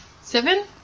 Seven